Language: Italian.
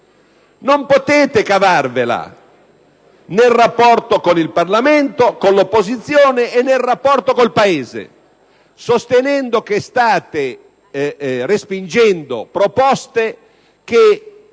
Non potete cavarvela nel rapporto con il Parlamento, con l'opposizione e con il Paese sostenendo che state respingendo proposte che